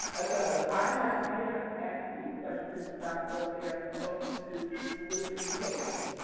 another, i have parents asking me questions about what they are supposed to do with this change.